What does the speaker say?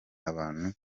abantu